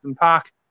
park